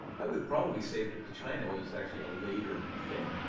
i would probably say that the china was actually a later thing.